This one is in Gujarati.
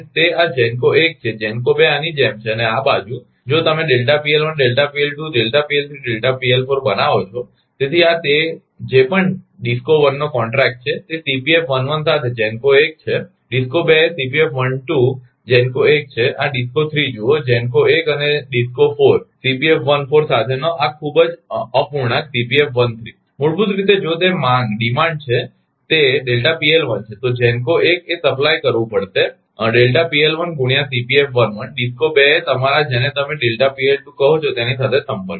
તે આ GENCO 1 છે GENCO 2 આની જેમ છે અને આ બાજુ જો તમે બનાવો છો તેથી આ તે જે પણ DISCO 1 નો કોન્ટ્રેક્ટ છે તે સાથે GENCO 1 છે DISCO 2 એ GENCO 1 છે આ DISCO 3 જુઓ GENCO 1 અને DISCO 4 સાથેનો આ ખૂબ જ અપૂર્ણાંક મૂળભૂત રીતે જો તે માંગ છે તે છે તો GENCO 1 એ સપ્લાય કરવું પડશે કે ગુણ્યા DISCO 2 એ તમારા જેને તમે કહો છો તેની સાથે સંપર્ક છે